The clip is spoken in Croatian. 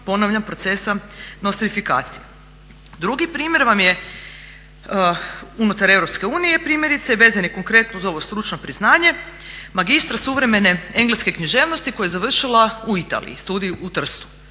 ponavljam, procesa nostrifikacije. Drugi primjer vam je unutar Europske unije primjerice vezani konkretno za ovo stručno priznanje, magistra suvremene engleske književnosti koja je završila u Italiji, studij u Trstu,